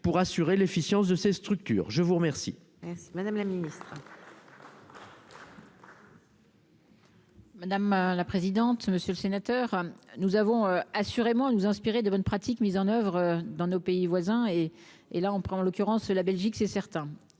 pour assurer l'efficience de ses structures, je vous remercie. Merci madame la Ministre. Madame la présidente, monsieur le sénateur, nous avons assurément nous inspirer de bonnes pratiques mises en oeuvre dans nos pays voisins et et là on prend en l'occurrence la Belgique, c'est certain,